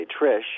Trish